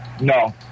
No